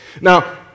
Now